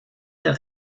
der